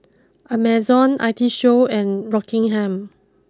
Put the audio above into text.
Amazon I T show and Rockingham